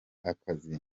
akazi